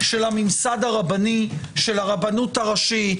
של הממסד הרבני של הרבנות הראשית,